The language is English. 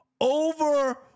over